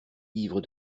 ivre